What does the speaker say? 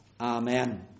Amen